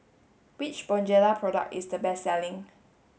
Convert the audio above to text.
which Bonjela product is the best selling